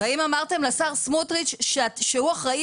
האם אמרתם לשר סמוטריץ' שהוא אחראי